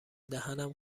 دهنم